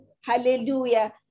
Hallelujah